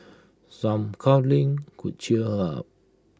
some cuddling could cheer her up